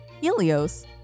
helios